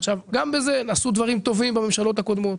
גם בזה עשו דברים טובים בממשלות הקודמות.